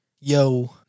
Yo